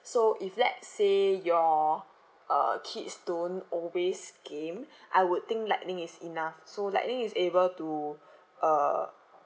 so if let's say your uh kids don't always game I would think lightning is enough so lightning is able to uh